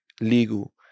legal